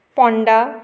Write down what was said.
Ponda